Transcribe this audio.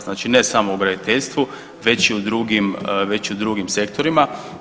Znači ne samo u graditeljstvu već i u drugim sektorima.